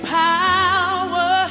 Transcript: power